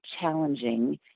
challenging